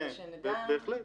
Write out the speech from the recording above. כן, בהחלט.